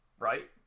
Right